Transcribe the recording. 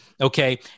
okay